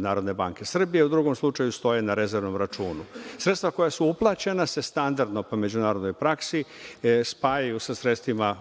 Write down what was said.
na račun NBS, a u drugom slučaju stoje na rezervnom računu. Sredstva koja su uplaćena se standardno po međunarodnoj praksi spajaju se sa sredstvima